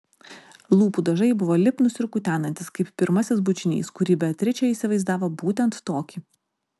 lūpų dažai buvo lipnūs ir kutenantys kaip pirmasis bučinys kurį beatričė įsivaizdavo būtent tokį